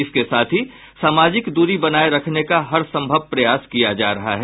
इसके साथ ही सामाजिक दूरी बनाये रखने का हरसंभव प्रयास किया जा रहा है